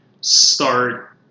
start